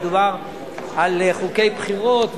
מדובר על חוקי בחירות,